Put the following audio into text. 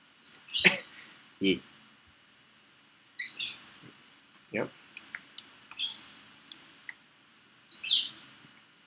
it yup